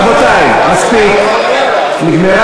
רבותי, מספיק, נגמרה